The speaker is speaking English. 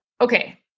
Okay